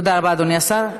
תודה רבה, אדוני השר.